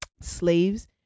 slaves